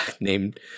named